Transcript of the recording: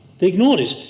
they ignored it.